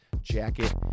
jacket